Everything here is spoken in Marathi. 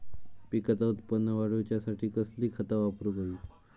पिकाचा उत्पन वाढवूच्यासाठी कसली खता वापरूक होई?